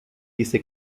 dice